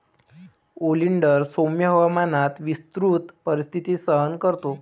oleander सौम्य हवामानात विस्तृत परिस्थिती सहन करतो